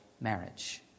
marriage